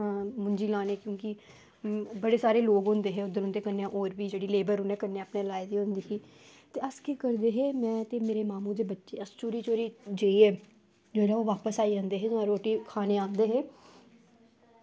मुंजी लानै गी क्योंकि उंदे कन्नै बड़े सारे लोक होंदे जेह्ड़े की उनें लेबर लाई दी होंदी ते अस बी करदे हे में ते मेरे मामें दे बच्चे अस चोरी चोरी जाइयै जेल्लै सारे बापस आई जंदे हे रुट्टी खानै दे बेल्लै